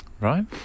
Right